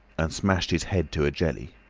and smashed his head to a jelly.